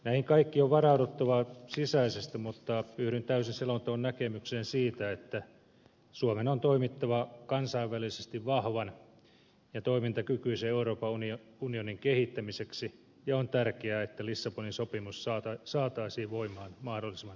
näihin kaikkiin on varauduttava sisäisesti mutta yhdyn täysin selonteon näkemykseen siitä että suomen on toimittava kansainvälisesti vahvan ja toimintakykyisen euroopan unionin kehittämiseksi ja on tärkeää että lissabonin sopimus saataisiin voimaan mahdollisimman nopeasti